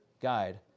guide